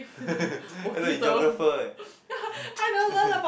and then you geographer eh